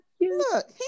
Look